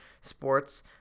sports